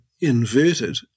inverted